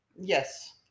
Yes